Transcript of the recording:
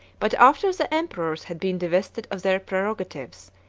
but after the emperors had been divested of their prerogatives,